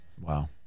wow